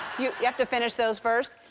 you you have to finish those first?